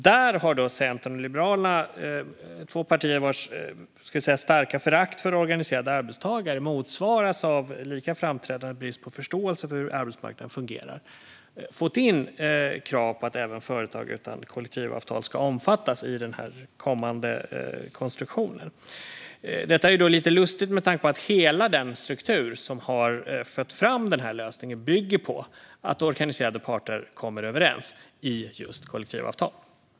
Där har Centern och Liberalerna, två partier vars starka förakt för organiserade arbetstagare motsvaras av lika framträdande brist på förståelse för hur arbetsmarknaden fungerar, fått in krav på att även företag utan kollektivavtal ska omfattas i den kommande konstruktionen. Detta är lite lustigt, med tanke på att hela den struktur som har fött fram den här lösningen bygger på att organiserade parter kommer överens i kollektivavtal.